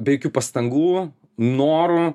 be jokių pastangų norų